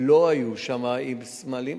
לא היו שם עם השמות.